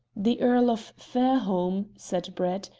the earl of fairholme, said brett,